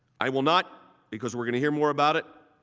i will not because we are going to hear more about it,